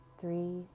three